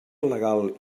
legal